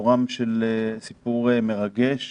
סיפור מרגש